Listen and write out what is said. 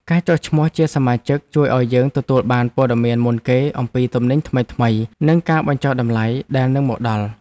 ការចុះឈ្មោះជាសមាជិកជួយឱ្យយើងទទួលបានព័ត៌មានមុនគេអំពីទំនិញថ្មីៗនិងការបញ្ចុះតម្លៃដែលនឹងមកដល់។